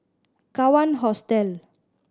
Kawan Hostel